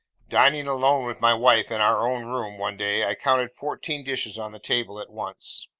dining alone with my wife in our own room, one day, i counted fourteen dishes on the table at once.